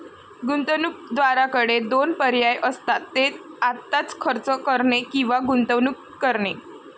गुंतवणूकदाराकडे दोन पर्याय असतात, ते आत्ताच खर्च करणे किंवा गुंतवणूक करणे